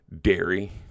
dairy